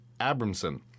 Abramson